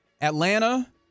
Atlanta